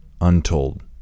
untold